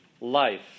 life